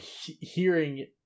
hearing